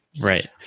Right